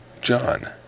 John